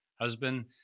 husband